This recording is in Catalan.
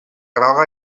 groga